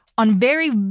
on very,